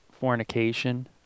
fornication